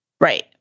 Right